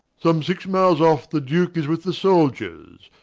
some six miles off the duke is with the soldiers,